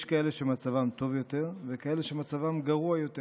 יש כאלה שמצבם טוב יותר וכאלה שמצבם גרוע יותר.